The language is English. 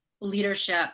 leadership